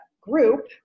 group